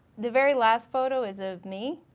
the very last photo is of me.